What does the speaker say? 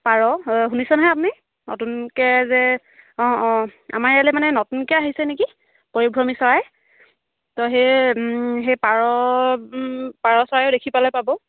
পাৰ শুনিছে নহয় আপুনি নতুনকৈ যে অঁ অঁ আমাৰ ইয়ালৈ মানে নতুনকৈ আহিছে নেকি পৰিভ্ৰমী চৰাই তো সেই সেই পাৰ পাৰ চৰাইও দেখিবলৈ পাব